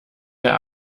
der